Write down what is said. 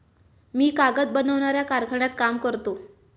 मी कागद बनवणाऱ्या कारखान्यात काम करतो